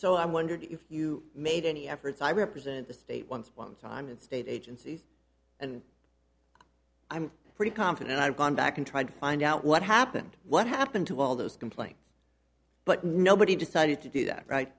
so i wondered if you made any efforts i represent the state once one time and state agencies and i'm pretty confident i've gone back and tried to find out what happened what happened to all those complaints but nobody decided to do that right